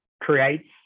creates